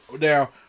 Now